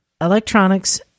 electronics